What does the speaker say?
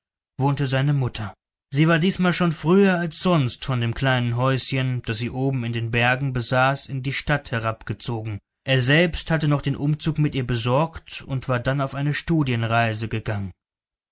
wohnte seine mutter sie war diesmal schon früher als sonst von dem kleinen häuschen das sie oben in den bergen besaß in die stadt herabgezogen er selbst hatte noch den umzug mit ihr besorgt und war dann auf eine studienreise gegangen